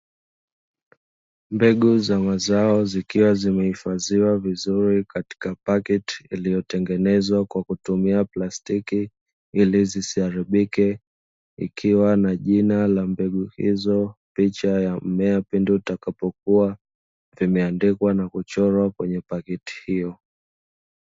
Mbegu za mazao ,zikiwa zimehifadhiwa vizuri katika paketi iliotengenezwa kwa kutumia plastiki ili zisiharibike, ikiwa na jina la mbegu hizo, picha ya mmea pindi utakapokuwa vimeandikwa na kuchorwa katika pakiti hiyo .